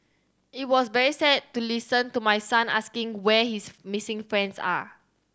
it was very sad to listen to my son asking where his missing friends are